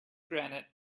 granite